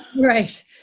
Right